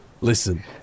Listen